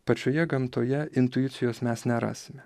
pačioje gamtoje intuicijos mes nerasime